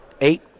eight